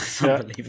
Unbelievable